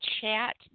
chat